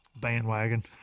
Bandwagon